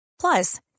Plus